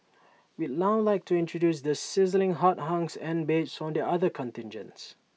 we'd now like to introduce the sizzling hot hunks and babes from the other contingents